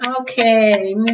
Okay